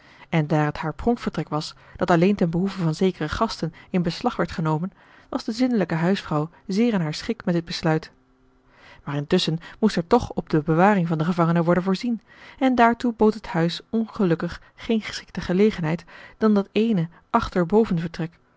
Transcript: en daar het haar pronkvertrek was dat alleen ten behoeve van zekere gasten in beslag werd genomen was de zindelijke huisvrouw zeer in haar schik met dit besluit maar intusschen moest er toch op de bewaring van den gevangene worden voorzien en daartoe bood het huis ongelukkig geene geschikte gelegenheid dan dat ééne